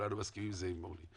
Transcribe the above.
וכולנו מסכימים על זה עם אורלי,